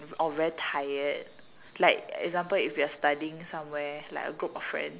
or very tired like example if you are studying somewhere like a group of friend